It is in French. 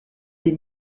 les